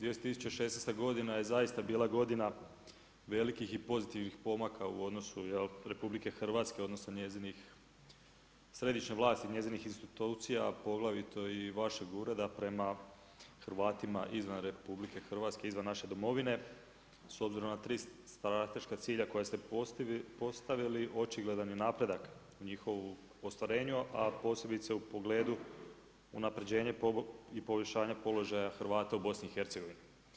2016. godina je zaista bila godina velikih i pozitivnih pomaka u odnosu RH odnosno središnje vlasti njezinih institucija poglavito i vašeg ureda prema Hrvatima izvan RH, izvan naše domovine s obzirom na 3 strateška cilja koje ste postavili, očigledan je napredak u njihovu ostvarenju a posebice u pogledu unapređenja i poboljšanja položaja Hrvata u BiH-u.